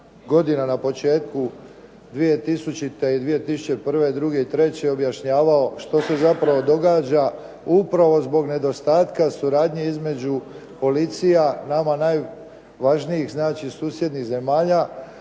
godina na početku 2000. i 2001., druge i treće objašnjavao što se zapravo događa upravo zbog nedostatka suradnje između policija nama najvažnijih znači susjednih zemalja